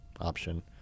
option